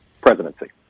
presidency